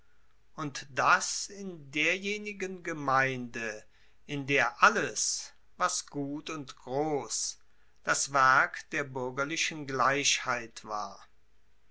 und das in derjenigen gemeinde in der alles was gut und gross das werk der buergerlichen gleichheit war